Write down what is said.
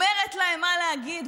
אומרת להם מה להגיד,